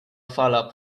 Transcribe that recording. fala